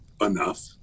enough